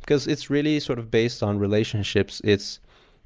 because it's really sort of based on relationships. it's